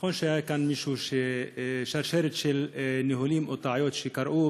נכון שהייתה כאן שרשרת של ניהולים או טעויות שקרו,